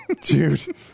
Dude